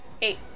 Eight